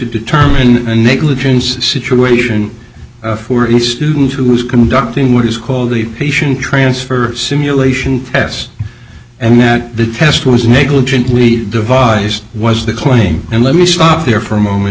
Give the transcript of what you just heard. determine the negligence situation for each student who was conducting what is called the patient transfer simulation test and that the test was negligent we devised was the claim and let me stop there for a moment